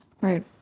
Right